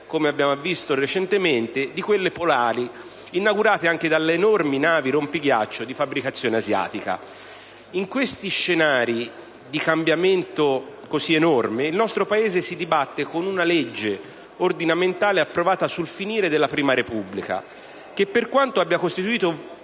come abbiamo visto recentemente - di quelle polari, inaugurate anche dalle enormi navi rompighiaccio di fabbricazione asiatica. In questi scenari di cambiamento così enorme il nostro Paese si dibatte con una legge ordinamentale approvata sul finire della prima Repubblica che, per quanto abbia costituito